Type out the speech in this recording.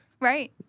Right